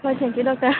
ꯍꯣꯏ ꯊꯦꯡꯀꯤꯌꯨ ꯗꯣꯛꯇꯔ